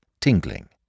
tingling